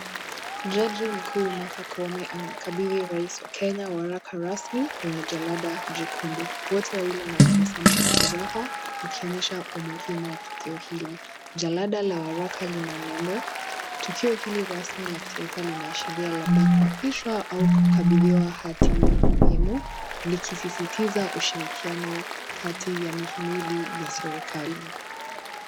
Jaji mkuu Martha Koome anamkabidhi Rais wa Kenya waraka rasmi, wenye jalada jekundu. Wote wawili wanatabasamu kwa furaha, wakionyesha umuhimu wa tukio hili. Jalada la waraka lina nembo. Tukio hili rasmi la taifa labda linaashiria kuapishwa au kukabidhiwa haki muhimu likisisitiza ushirikiano kati ya mihimidi ya serikali.